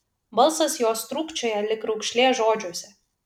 balsas jos trūkčioja lyg raukšlė žodžiuose